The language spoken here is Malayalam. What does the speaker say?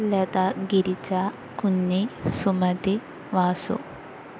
ലത ഗിരിജ കുഞ്ഞി സുമതി വാസു